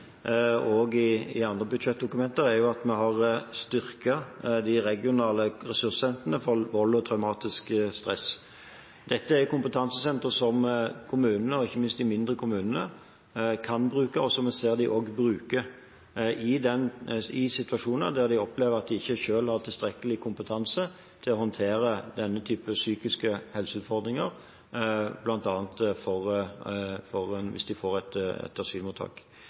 de regionale ressurssentrene om vold og traumatisk stress. Dette er kompetansesentre som kommunene og ikke minst de mindre kommunene kan bruke, og som vi ser at de også bruker i situasjoner der de opplever at de ikke selv har tilstrekkelig kompetanse til å håndtere denne type psykiske helseutfordringer, bl.a. hvis de får et asylmottak.